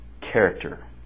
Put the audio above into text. character